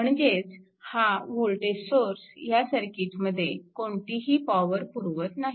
म्हणजेच हा voltage source ह्या सर्किटमध्ये कोणतीही पॉवर पुरवत नाही